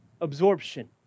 absorption